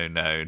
no